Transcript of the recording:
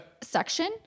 section